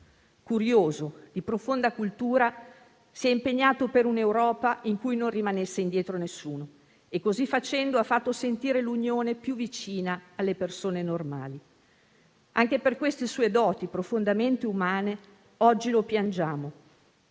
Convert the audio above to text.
Curioso, di profonda cultura, si è impegnato per un'Europa in cui non rimanesse indietro nessuno e, così facendo, ha fatto sentire l'Unione più vicina alle persone normali. Anche per queste sue doti profondamente umane oggi lo piangiamo.